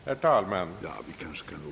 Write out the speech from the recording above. Herr talman!